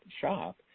shop